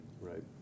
Right